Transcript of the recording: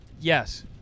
Yes